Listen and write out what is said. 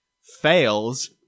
fails